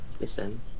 listen